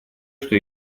что